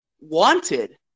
Wanted